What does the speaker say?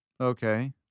Okay